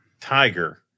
tiger